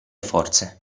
forze